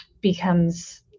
becomes